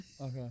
Okay